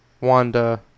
Wanda